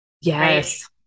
Yes